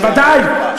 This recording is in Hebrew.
בוודאי,